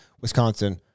Wisconsin